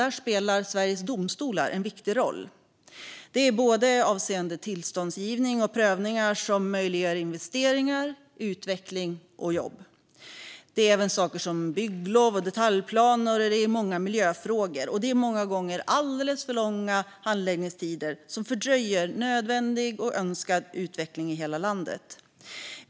Där spelar Sveriges domstolar en viktig roll. Det är avseende både tillståndsgivning och prövningar som möjliggör investeringar, utveckling och jobb. Det är även saker som bygglov och detaljplaner, och det är många miljöfrågor. Det är många gånger alldeles för långa handläggningstider som fördröjer nödvändig och önskad utveckling i hela landet.